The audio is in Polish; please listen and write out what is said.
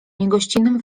niegościnnym